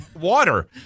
Water